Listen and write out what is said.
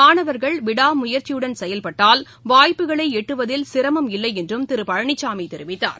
மாணவர்கள் விடாமுயற்சியுடன் செயல்பட்டால் வாய்ப்புகளை எட்டுவதில் சிரமமில்லை என்றும் திரு பழனிசாமி தெரிவித்தார்